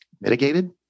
mitigated